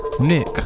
Nick